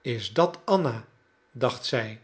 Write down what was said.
is dat anna dacht zij